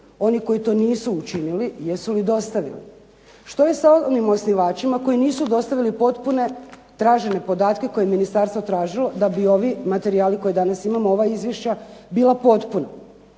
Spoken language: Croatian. oni koji to nisu učinili, jesu li dostavili? Što je sa onim osnivačima koji nisu dostavili potpune tražene podatke koje je ministarstvo tražilo, da bi ovi materijali koje danas imamo, ova izvješća bila potpuna?